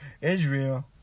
israel